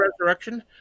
resurrection